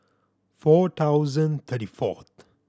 four thousand thirty fourth